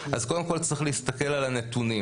אז קודם כל צריך להסתכל על הנתונים.